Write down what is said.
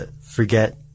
forget